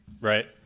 Right